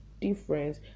difference